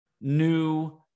new